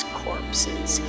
corpses